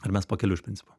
ar mes pakeliui iš principo